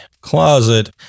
closet